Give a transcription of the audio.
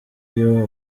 iyo